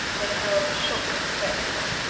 they beheld a shocking spectacle.